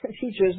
teachers